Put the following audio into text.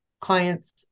clients